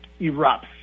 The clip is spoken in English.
erupts